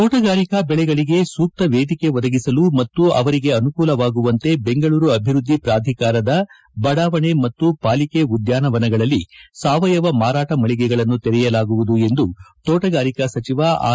ತೋಟಗಾರಿಕಾ ಬೆಳೆಗಳಿಗೆ ಸೂಕ್ತ ವೇದಿಕೆ ಒದಗಿಸಲು ಮತ್ತು ಅವರಿಗೆ ಅನುಕೂಲವಾಗುವಂತೆ ಬೆಂಗಳೂರು ಅಭಿವೃದ್ದಿ ಪೂಧಿಕಾರದ ಬಡಾವಣೆ ಮತ್ತು ಪಾಲಿಕೆ ಉದ್ಯಾನವನಗಳಲ್ಲಿ ಸಾವಯವ ಮಾರಾಟ ಮಳಿಗೆಗಳನ್ನು ತೆರೆಯಲಾಗುವುದು ಎಂದು ತೋಟಗಾರಿಕಾ ಸಚಿವ ಆರ್